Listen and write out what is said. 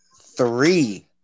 three